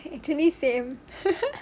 actually same